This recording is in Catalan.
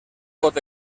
pot